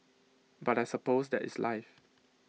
but I suppose that is life